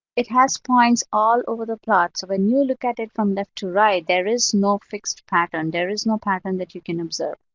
it has points all over the plot, so when you look at it from left to right, there is no fixed pattern. there is no pattern that you can observe.